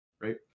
right